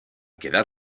quedar